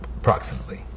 approximately